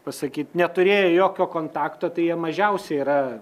pasakyt neturėjo jokio kontakto tai jie mažiausiai yra